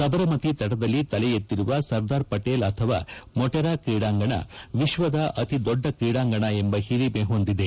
ಸಬರಮತಿ ತಟದಲ್ಲಿ ತಲೆ ಎತ್ತಿರುವ ಸರ್ದಾರ್ ಪಟೇಲ್ ಅಥವಾ ಮೊಟೆರಾ ಕ್ರೀಡಾಂಗಣ ವಿಶ್ವದ ಅತಿದೊಡ್ಡ ಕ್ರೀಡಾಂಗಣ ಎಂಬ ಹಿರಿಮೆ ಹೊಂದಿದೆ